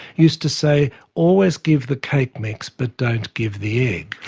used to say always give the cake mix, but don't give the egg',